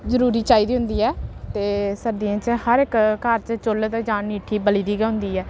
जरूरी चाहिदी होंदी ऐ ते सर्दियें च हर इक घर च चु'ल्ल ते जां ङीठी बली दी गै होंदी ऐ